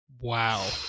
Wow